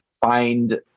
find